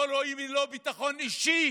לא רואים לא ביטחון אישי